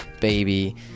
baby